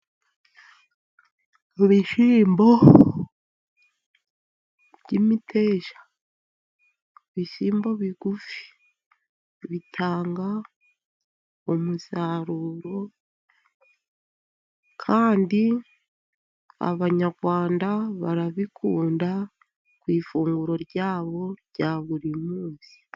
Ibishyimbo by'imiteja, ibishyimbo bigufi. Bitanga umusaruro kandi Abanyarwanda barabikunda ku ifunguro ryabo rya buri munsi.